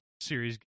series